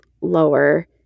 lower